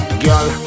girl